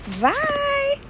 Bye